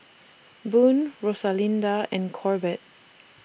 Boone Rosalinda and Corbett